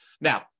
Now